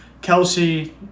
Kelsey